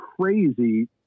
crazy